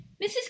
mrs